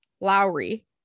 Lowry